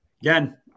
Again